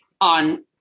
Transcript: on